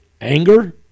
Anger